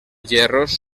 gerros